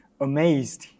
amazed